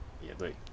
也对